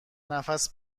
نفس